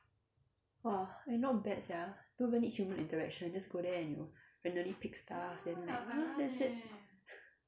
!wah! eh not bad sia don't even need human interaction just go there and you know randomly pick stuff then like ah that's it